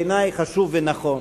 בעיני, חשוב ונכון.